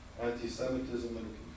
anti-Semitism